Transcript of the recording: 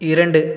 இரண்டு